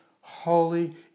holy